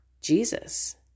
Jesus